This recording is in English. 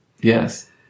Yes